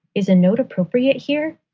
is a note appropriate here?